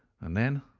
and then,